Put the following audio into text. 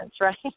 right